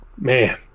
man